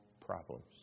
problems